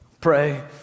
pray